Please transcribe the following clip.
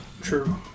True